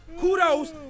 Kudos